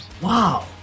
Wow